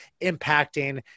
impacting